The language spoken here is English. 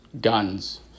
guns